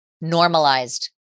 Normalized